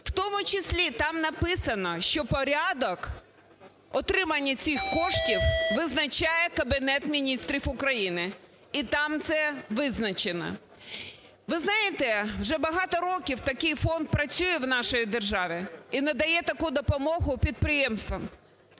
В тому числі там написано, що порядок отримання цих коштів визначає Кабінет Міністрів України, і там це визначено. Ви знаєте, вже багато років такий фонд працює в нашій державі і надає таку допомогу підприємствам,